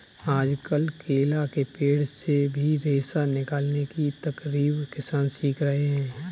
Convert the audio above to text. आजकल केला के पेड़ से भी रेशा निकालने की तरकीब किसान सीख रहे हैं